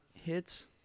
Hits